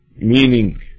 meaning